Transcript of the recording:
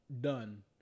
done